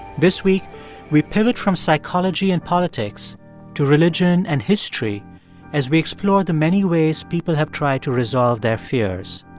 this week we pivot from psychology and politics to religion and history as we explore the many ways people have tried to resolve their fears